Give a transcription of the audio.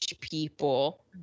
people